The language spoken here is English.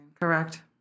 Correct